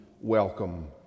welcome